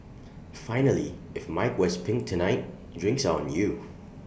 finally if mike wears pink tonight drinks on you